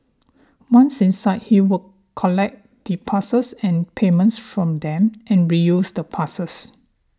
once inside he would collect the passes and payments from them and reuse the passes